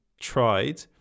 tried